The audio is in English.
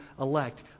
elect